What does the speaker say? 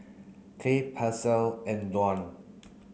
Clay Paisley and Dwan